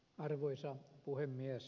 arvoisa puhemies